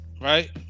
right